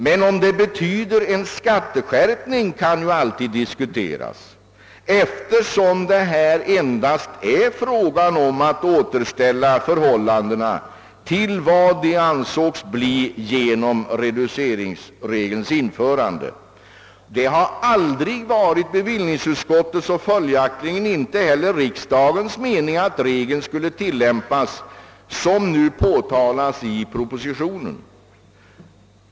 Men huruvida detta betyder en skatteskärpning kan diskuteras, eftersom det endast är fråga om att återställa förhållandena till vad de avsågs bli genom reduceringsregelns införande. Det har aldrig varit bevillningsutskottets och följaktligen inte heller riksdagens mening, att regeln skulle tillämpas på ett sådant sätt som nu påtalats i propositionen.